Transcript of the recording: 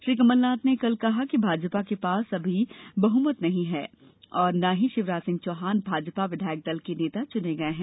श्री कमल नाथ ने कल कहा कि भाजपा के पास अभी बहुमत भी नही है और ना ही श्री शिवराज सिंह चौहान भाजपा विधायक दल ने नेता चुने गए हैं